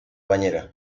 bañera